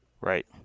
Right